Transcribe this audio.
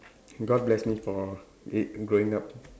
god bless me for it growing up